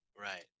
Right